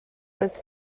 was